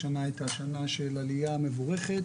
השנה הייתה שנה של עליה מבורכת,